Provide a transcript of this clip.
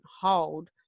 hold